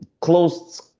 closed